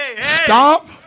Stop